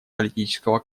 политического